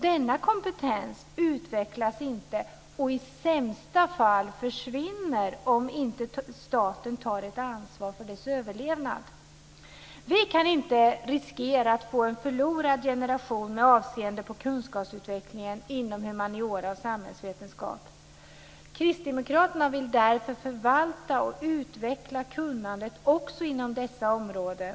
Denna kompetens utvecklas inte, och försvinner i sämsta fall, om inte staten tar ett ansvar för dess överlevnad. Vi kan inte riskera att få en förlorad generation med avseende på kunskapsutvecklingen inom humaniora och samhällsvetenskap. Kristdemokraterna vill därför förvalta och utveckla kunnandet också inom dessa områden.